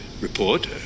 report